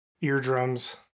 eardrums